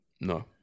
No